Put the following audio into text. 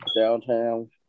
downtown